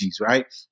right